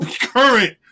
current